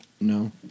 No